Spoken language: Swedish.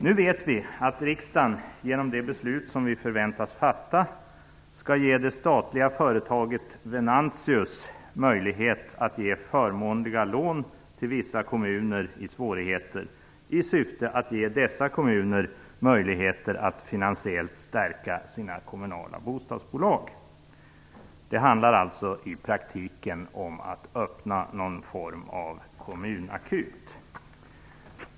Nu vet vi att riksdagen genom det beslut som vi förväntas fatta skall ge det statliga företaget Venantius möjlighet att ge förmånliga lån till vissa kommuner i svårigheter i syfte att ge dessa kommuner möjlighet att finansiellt stärka sina kommunala bostadsbolag. Det handlar alltså i praktiken om att öppna en form av kommunakut.